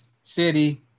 city